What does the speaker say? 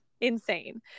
Insane